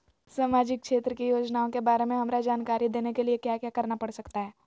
सामाजिक क्षेत्र की योजनाओं के बारे में हमरा जानकारी देने के लिए क्या क्या करना पड़ सकता है?